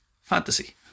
fantasy